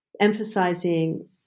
emphasizing